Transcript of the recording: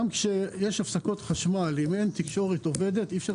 גם כשיש הפסקות חשמל אם אין תקשורת עובדת אי אפשר